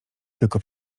tylko